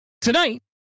Tonight